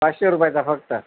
पाचशे रुपयाचा फक्त